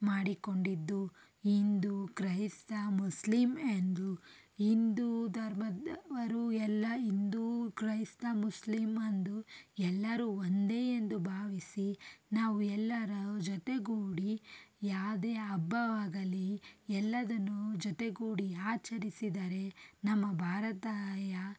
ಮಾಡಿಕೊಂಡಿದ್ದು ಹಿಂದು ಕ್ರೈಸ್ತ ಮುಸ್ಲಿಂ ಎಂದ್ಲು ಹಿಂದು ಧರ್ಮದವರು ಎಲ್ಲ ಹಿಂದು ಕ್ರೈಸ್ತ ಮುಸ್ಲಿಂ ಅಂದು ಎಲ್ಲರು ಒಂದೇ ಎಂದು ಭಾವಿಸಿ ನಾವು ಎಲ್ಲರ ಜೊತೆಗೂಡಿ ಯಾವುದೇ ಹಬ್ಬವಾಗಲಿ ಎಲ್ಲದನ್ನೂ ಜೊತೆಗೂಡಿ ಆಚರಿಸಿದರೆ ನಮ್ಮ ಭಾರತ ಯಾ